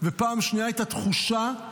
ופעם שנייה את התחושה,